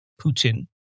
Putin